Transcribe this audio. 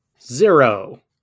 Zero